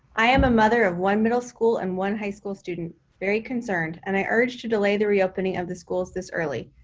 i am a mother of one middle school and one high school student, very concerned. and i urge to delay the reopening of the schools this early.